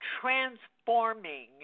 transforming